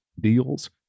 deals